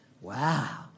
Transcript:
wow